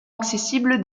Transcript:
accessible